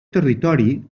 territori